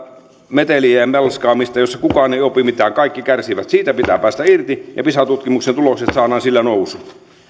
meteliä ja melskaamista jossa kukaan ei opi mitään kaikki kärsivät siitä pitää päästä irti ja pisa tutkimuksen tulokset saadaan sillä nousuun